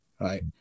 right